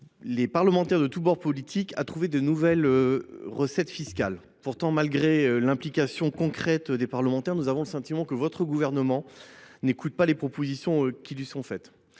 les parlementaires de tous bords politiques à trouver de nouvelles recettes fiscales. Pourtant, madame la secrétaire d’État, malgré l’implication concrète des parlementaires, nous avons le sentiment que votre gouvernement n’écoute pas les propositions qui lui sont faites.